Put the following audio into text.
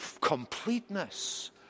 completeness